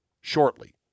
shortly